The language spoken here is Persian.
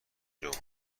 جمعه